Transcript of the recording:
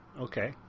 okay